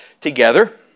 together